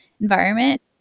environment